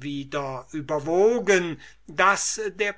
wieder überwogen daß der